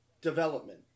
development